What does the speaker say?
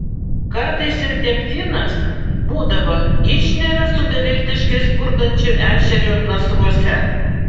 kartais ir delfinas būdavo išneria su beviltiškai spurdančiu ešeriu nasruose